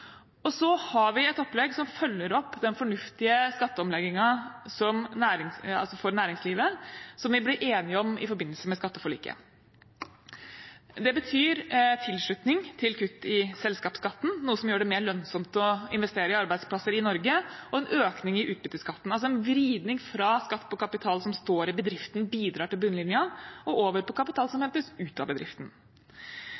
Så har vi et opplegg som følger opp den fornuftige skatteomleggingen for næringslivet som vi ble enige om i forbindelse med skatteforliket. Det betyr tilslutning til kutt i selskapsskatten, noe som gjør det mer lønnsomt å investere i arbeidsplasser i Norge, og en økning i utbytteskatten – altså en vridning fra skatt på kapital som står i bedriften og bidrar til bunnlinjen, og over på